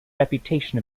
reputation